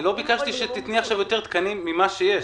לא ביקשתי שתיתני יותר תקנים ממה שיש.